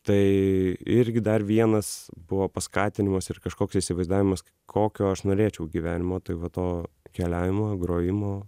tai irgi dar vienas buvo paskatinimas ir kažkoks įsivaizdavimas kokio aš norėčiau gyvenimo tai va to keliavimo grojimo